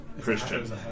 Christian